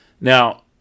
Now